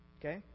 Okay